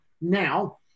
now